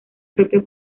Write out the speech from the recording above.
propio